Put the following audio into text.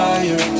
Fire